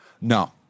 No